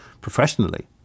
professionally